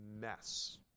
mess